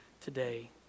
today